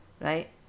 right